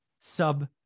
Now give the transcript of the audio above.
sub